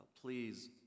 please